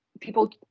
People